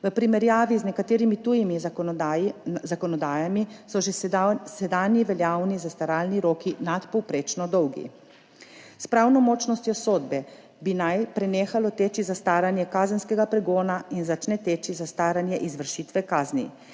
V primerjavi z nekaterimi tujimi zakonodajami so že sedanji veljavni zastaralni roki nadpovprečno dolgi. S pravnomočnostjo sodbe naj bi prenehalo teči zastaranje kazenskega pregona in začne teči zastaranje izvršitve kazni.